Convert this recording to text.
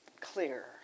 clear